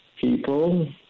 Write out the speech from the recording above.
people